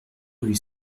rue